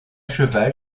cheval